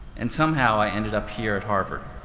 and somehow i ended up here at harvard,